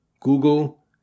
Google